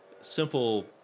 simple